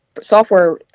software